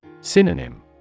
Synonym